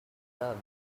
clubs